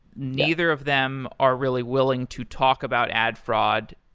neither of them are really willing to talk about ad fraud.